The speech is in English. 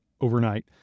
overnight